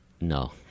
no